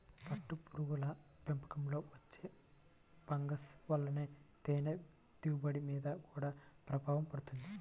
పట్టుపురుగుల పెంపకంలో వచ్చే ఫంగస్ల వలన తేనె దిగుబడి మీద గూడా ప్రభావం పడుతుంది